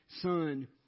son